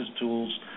tools